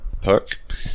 perk